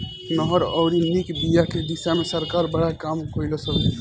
नहर अउरी निक बिया के दिशा में सरकार बड़ा काम कइलस हवे